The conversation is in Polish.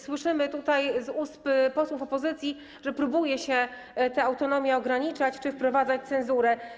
Słyszymy z ust posłów opozycji, że próbuje się tę autonomię ograniczać czy wprowadzać cenzurę.